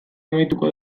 amaituko